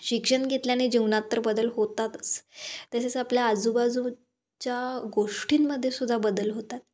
शिक्षण घेतल्याने जीवनातर बदल होतातच तसेच आपल्या आजूबाजूच्या गोष्टींमध्ये सुद्धा बदल होतात